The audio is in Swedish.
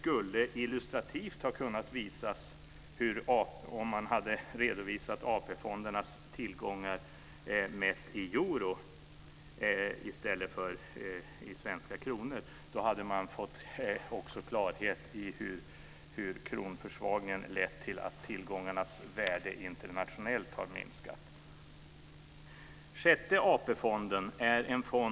Om man hade redovisat AP-fondernas tillgångar mätt i euro i stället för i svenska kronor hade det illustrativt kunnat redovisas och man hade också fått klarhet i hur kronförsvagningen lett till att tillgångarnas värde har minskat internationellt.